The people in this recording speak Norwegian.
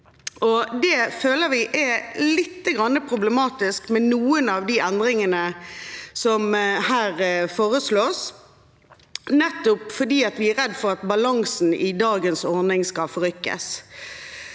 Det føler vi er lite grann problematisk med noen av de endringene som her foreslås, nettopp fordi vi er redd for at balansen i dagens ordning skal forrykkes.